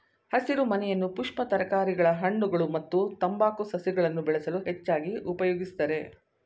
ಹಸಿರುಮನೆಯನ್ನು ಪುಷ್ಪ ತರಕಾರಿಗಳ ಹಣ್ಣುಗಳು ಮತ್ತು ತಂಬಾಕು ಸಸಿಗಳನ್ನು ಬೆಳೆಸಲು ಹೆಚ್ಚಾಗಿ ಉಪಯೋಗಿಸ್ತರೆ